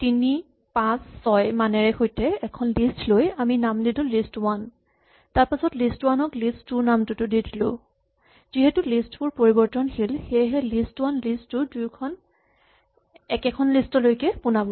1356 মানেৰে সৈতে এখন লিষ্ট লৈ আমি নাম দিলো লিষ্ট ৱান তাৰপাছত লিষ্ট ৱান ক লিষ্ট টু নামটোত দি দিলো যিহেতু লিষ্ট বোৰ পৰিবৰ্তনশীল সেয়েহে লিষ্ট ৱান লিষ্ট টু দুয়ো একেখন লিষ্ট লৈকে পোনাব